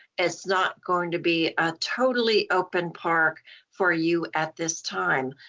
it's not going to be a totally open park for you at this time.